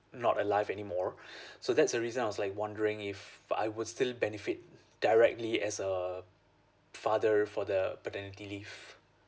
not alive anymore so that's the reason I was like wondering if I will still benefit directly as a father for the paternity leave